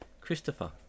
Christopher